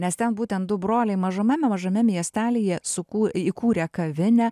nes ten būtent du broliai mažame mažame miestelyje sukū įkūrė kavinę